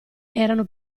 erano